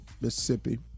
Mississippi